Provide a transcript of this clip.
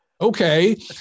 Okay